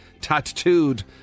tattooed